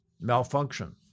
Malfunction